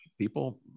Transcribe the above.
people